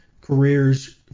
careers